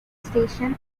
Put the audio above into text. station